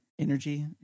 Energy